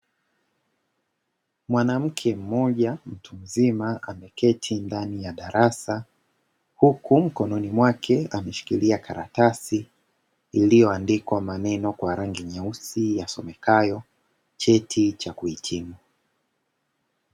Mwanamke mmoja mtu mzima, ameketi ndani ya darasa, huku mkononi mwake ameshikilia karatasi, iliyoandikwa maneno kwa rangi nyeusi yasomekayo "cheti cha kuhitimu".